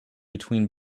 between